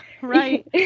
Right